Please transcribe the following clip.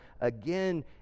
again